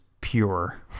pure